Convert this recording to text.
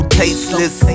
tasteless